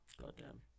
Goddamn